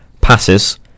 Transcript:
passes